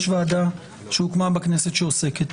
יש ועדה שהוקמה בכנסת שעוסקת בזה.